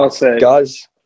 guys